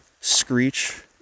screech